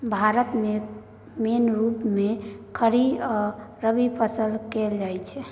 भारत मे मेन रुप मे खरीफ आ रबीक फसल कएल जाइत छै